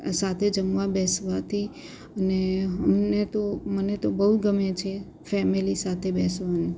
સાથે જમવા બેસવાથી ને અમને તો મને તો બહુ ગમે છે ફેમિલી સાથે બેસવાનું